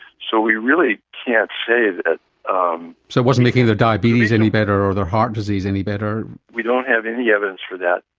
so we really can't say that um so it wasn't making their diabetes any better or their heart disease any better. we don't have any evidence for that.